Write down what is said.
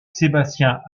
sébastien